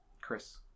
Chris